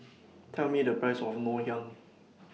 Tell Me The Price of Ngoh Hiang